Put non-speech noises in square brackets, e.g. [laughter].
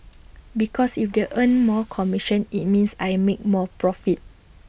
because if they earn [noise] more commission IT means I make more profit